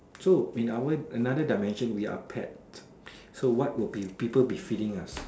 so in our another dimension we are pet so what would be people be feeding us